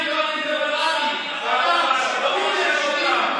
אני נבחרתי באופן דמוקרטי, אתה, של ליברמן.